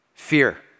Fear